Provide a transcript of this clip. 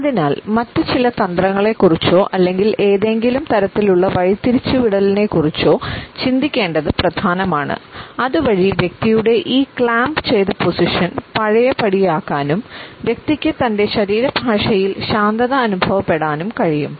അതിനാൽ മറ്റ് ചില തന്ത്രങ്ങളെക്കുറിച്ചോ അല്ലെങ്കിൽ ഏതെങ്കിലും തരത്തിലുള്ള വഴിതിരിച്ചുവിടലിനെക്കുറിച്ചോ ചിന്തിക്കേണ്ടത് പ്രധാനമാണ് അതുവഴി വ്യക്തിയുടെ ഈ ക്ലാമ്പ് ചെയ്ത പൊസിഷൻ പഴയപടിയാക്കാനും വ്യക്തിക്ക് തന്റെ ശരീരഭാഷയിൽ ശാന്തത അനുഭവപ്പെടാനും കഴിയും